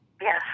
Yes